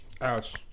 Ouch